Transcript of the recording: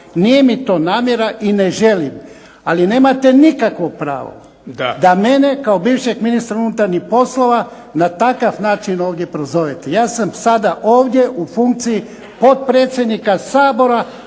Nije mi to namjera i ne želim ali nemate nikakvo pravo da mene kao bivšeg ministra unutarnjih poslova na takav način ovdje prozovete. Ja sam sada ovdje u funkciji potpredsjednika Sabora.